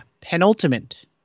penultimate